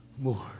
more